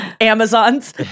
Amazons